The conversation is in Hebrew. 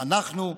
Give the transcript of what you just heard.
אנחנו,